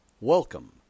Welcome